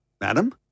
Madam